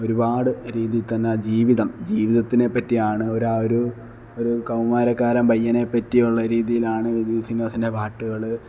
ഒരുപാട് രീതിയിൽ തന്നെ ആ ജീവിതം ജീവിതത്തിനെ പറ്റിയാണ് ഒരു ആ ഒരു ഒരു കൗമാരക്കാരന് പയ്യനെ പറ്റിയുള്ള രീതിയിലാണ് വിനീത് ശ്രീനിവാസന്റെ പാട്ടുകൾ